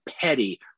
petty